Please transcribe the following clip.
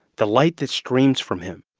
the light that streams from him.